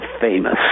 famous